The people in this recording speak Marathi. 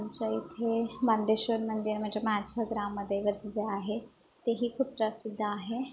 आमच्या इथे बांदेश्वर मंदिर म्हणजे माझं ग्रामदैवत जे आहे ते ही खूप प्रसिद्ध आहे